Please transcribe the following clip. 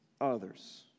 others